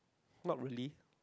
not really